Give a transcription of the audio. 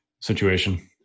situation